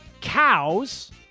cows